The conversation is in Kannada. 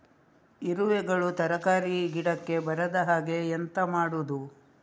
ಇರುವೆಗಳು ತರಕಾರಿ ಗಿಡಕ್ಕೆ ಬರದ ಹಾಗೆ ಎಂತ ಮಾಡುದು?